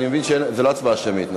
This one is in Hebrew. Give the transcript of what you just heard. אני מבין שזו לא הצבעה שמית.